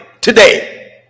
today